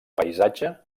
paisatge